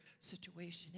situation